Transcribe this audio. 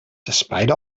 despite